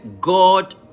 God